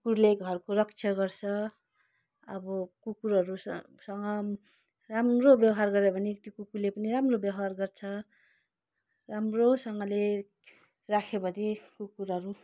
कुकुरले घरको रक्षा गर्छ अब कुकुरहरूसँग राम्रो व्यवहार गऱ्यो भने त्यो कुकुरले पनि राम्रो व्यवहार गर्छ राम्रोसँगले राख्यो भने कुकुरहरू